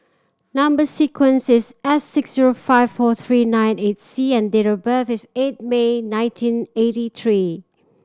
number sequence is S six zero five four three nine eight C and date of birth is eight May nineteen eighty three